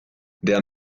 der